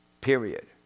Period